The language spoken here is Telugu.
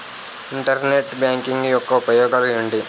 ఇంటర్నెట్ బ్యాంకింగ్ యెక్క ఉపయోగాలు ఎంటి?